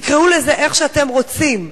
תקראו לזה איך שאתם רוצים.